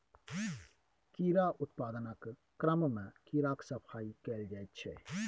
कीड़ा उत्पादनक क्रममे कीड़ाक सफाई कएल जाइत छै